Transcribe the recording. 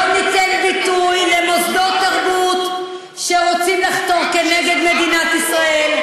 לא ניתן ביטוי למוסדות תרבות שרוצים לחתור נגד מדינת ישראל.